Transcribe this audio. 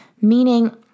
Meaning